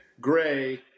gray